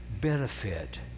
benefit